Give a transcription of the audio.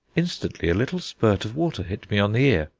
instantly a little spirt of water hit me on the ear,